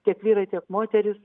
tiek vyrai tiek moterys